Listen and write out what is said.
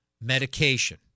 medication